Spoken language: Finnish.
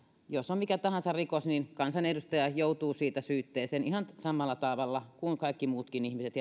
jos on mikä tahansa rikos niin kansanedustaja joutuu siitä esitutkinnan kohteeksi ja syytteeseen ihan samalla tavalla kuin kaikki muutkin ihmiset